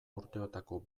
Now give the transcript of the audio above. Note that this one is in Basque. urteotako